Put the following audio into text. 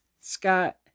Scott